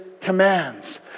commands